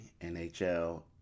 nhl